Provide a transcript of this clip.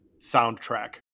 soundtrack